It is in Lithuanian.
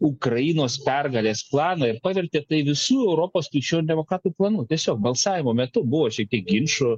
ukrainos pergalės planą ir pavertė tai visų europos krikščionių demokratų planu tiesiog balsavimo metu buvo šitiek ginčų